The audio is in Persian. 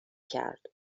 کرد